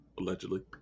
allegedly